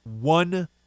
one